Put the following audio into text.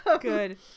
Good